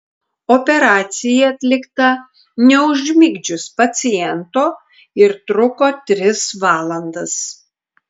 operacija atlikta neužmigdžius paciento ir truko tris valandas